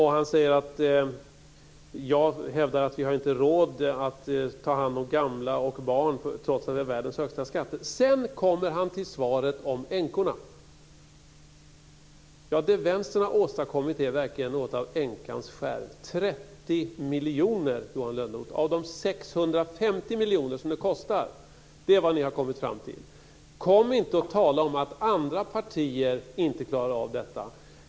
Han säger att jag hävdar att vi inte har råd att ta hand om gamla och barn, trots att vi har världens högsta skatter. Sedan kommer Johan Lönnroth till svaret om änkorna. Det Vänstern har åstadkommit är verkligen något av änkans skärv. 30 miljoner av de 650 miljoner som det hela kostar har ni kommit fram till. Kom inte och tala om att andra partier inte klarar av detta.